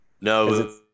No